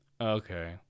Okay